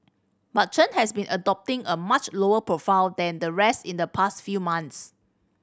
but Chen has been adopting a much lower profile than the rest in the past few months